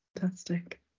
Fantastic